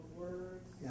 words